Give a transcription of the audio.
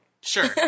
Sure